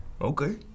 Okay